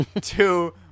two